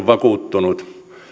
vakuuttunut